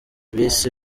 bisi